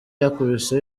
yakubise